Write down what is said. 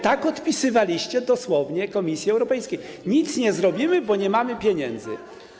Tak odpisywaliście dosłownie Komisji Europejskiej: Nic nie zrobimy, bo nie mamy pieniędzy.